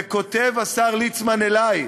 כותב השר ליצמן אלי: